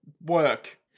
work